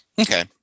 Okay